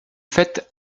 faites